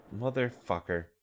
Motherfucker